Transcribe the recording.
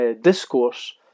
Discourse